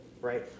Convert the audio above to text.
right